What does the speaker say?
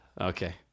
Okay